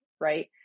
right